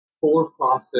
for-profit